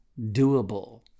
doable